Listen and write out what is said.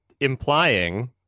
implying